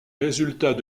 résultats